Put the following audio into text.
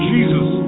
Jesus